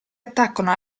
attaccano